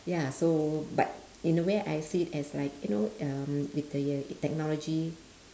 ya so but in a way I see it as like you know um with the uh technology